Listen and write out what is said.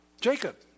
Jacob